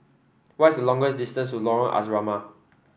what is the longer distance Lorong Asrama